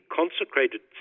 consecrated